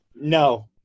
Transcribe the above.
No